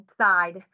side